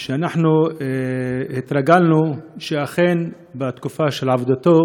כי אנחנו התרגלנו שאכן בתקופת עבודתו